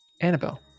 Annabelle